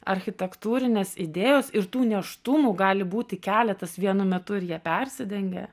architektūrinės idėjos ir tų nėštumų gali būti keletas vienu metu ir jie persidengia